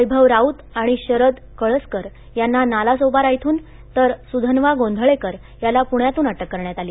वघ्रेम राउत आणि शरद कळसकर यांना नालासोपारा इथून तर सुधन्वा गोंधळेकर याला पुण्यातून अटक करण्यात आली